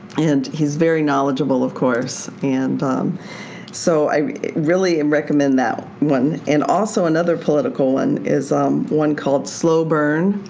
and he's very knowledgeable, of course. and so i really and recommend that one. and also another political one and is um one called slow burn,